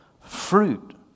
fruit